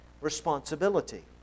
responsibility